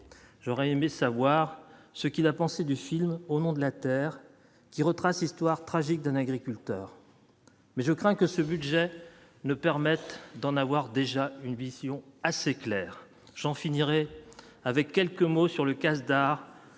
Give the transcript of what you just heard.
j'aurais aimé savoir ce qu'il a pensé du film, au nom de la terre qui retrace l'histoire tragique d'un agriculteur, mais je crains que ce budget ne permettent d'en avoir déjà une vision assez claire j'en finirai avec quelques mots sur le casse d'art